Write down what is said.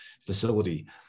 facility